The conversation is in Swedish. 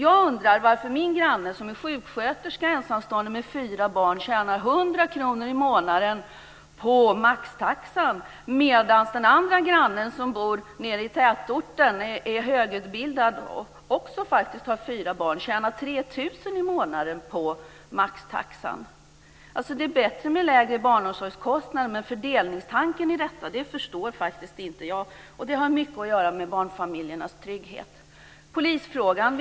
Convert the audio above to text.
Jag undrar varför min ena granne som är sjuksköterska och ensamstående med fyra barn tjänar 100 kr månaden på maxtaxan medan den andra grannen som bor nere i tätorten, är högutbildad och också faktiskt har fyra barn tjänar 3 000 i månaden på maxtaxan. Det är bra med lägre barnomsorgskostnader, men jag förstår faktiskt inte fördelningstanken i detta. Detta har mycket att göra med barnfamiljernas trygghet. Sedan har vi polisfrågan.